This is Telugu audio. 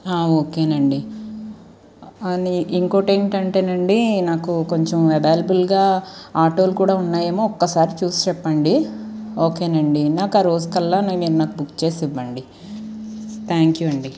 ఓకే అండీ కానీ ఇంకోటి ఏంటంటేనండి నాకు కొంచెం అవైలబుల్గా ఆటోలు కూడా ఉన్నాయేమో ఒక్కసారి చూసి చెప్పండి ఓకే అండీ నాకు ఆ రోజు కల్లా మీరు నాకు బుక్ చేసి ఇవ్వండి థ్యాంక్ యూ అండీ